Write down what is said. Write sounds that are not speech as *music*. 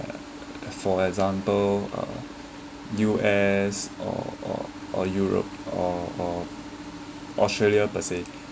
*noise* for example U_S or or or Europe or or australia per se